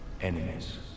enemies